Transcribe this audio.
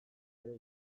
ere